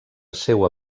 seua